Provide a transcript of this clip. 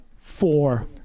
four